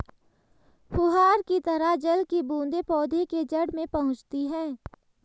फुहार की तरह जल की बूंदें पौधे के जड़ में पहुंचती है